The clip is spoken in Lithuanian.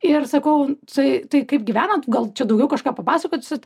ir sakau tai tai kaip gyvenat gal čia daugiau kažką papasakotsit